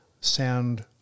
sound